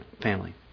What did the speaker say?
family